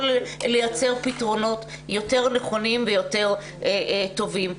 לייצר פתרונות יותר נכונים ויותר טובים.